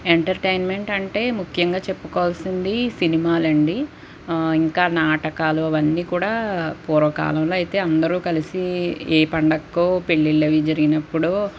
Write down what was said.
entertainment అంటే ముఖ్యంగా చెప్పుకోవాల్సింది సినిమాలండి ఇంకా నాటకాలు అవన్నీ కూడా పూర్వకాలంలో అయితే అందరూ కలిసి ఏ పండుగకో పెళ్లిళ్లవీ జరిగినప్పుడో